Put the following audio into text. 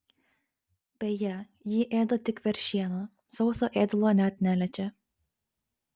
beje ji ėda tik veršieną sauso ėdalo net neliečia